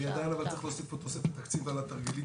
אני עדיין צריך להוסיף פה תוספת תקציב על התרגילים,